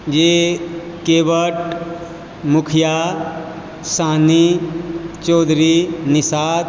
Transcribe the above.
जे केवट मुखिआ साहनी चौधरी निषाद